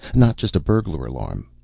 not just a burglar alarm.